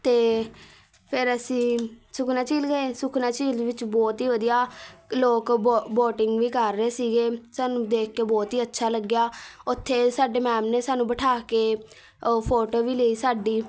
ਅਤੇ ਫਿਰ ਅਸੀਂ ਸੁਖਨਾ ਝੀਲ ਗਏ ਸੁਖਨਾ ਝੀਲ ਵਿੱਚ ਬਹੁਤ ਹੀ ਵਧੀਆ ਲੋਕ ਬੋ ਬੋਟਿੰਗ ਵੀ ਕਰ ਰਹੇ ਸੀਗੇ ਸਾਨੂੰ ਦੇਖ ਕੇ ਬਹੁਤ ਹੀ ਅੱਛਾ ਲੱਗਿਆ ਉੱਥੇ ਸਾਡੇ ਮੈਮ ਨੇ ਸਾਨੂੰ ਬਿਠਾ ਕੇ ਫੋਟੋ ਵੀ ਲਈ ਸਾਡੀ